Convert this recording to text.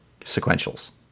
sequentials